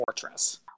fortress